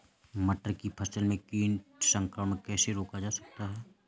मटर की फसल में कीट संक्रमण कैसे रोका जा सकता है?